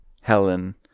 Helen